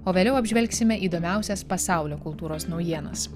o vėliau apžvelgsime įdomiausias pasaulio kultūros naujienas